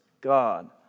God